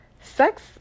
sex